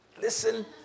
Listen